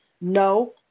No